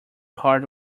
hard